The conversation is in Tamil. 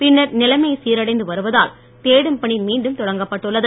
பின்னர் நிலமை சீரடைந்து வருவதால் தேடும் பணி மீண்டும் தொடங்கப்பட்டுள்ளது